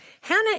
Hannah